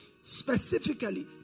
specifically